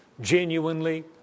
genuinely